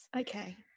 okay